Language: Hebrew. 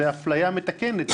זה אפליה מתקנת.